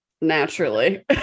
Naturally